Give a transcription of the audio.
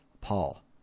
Paul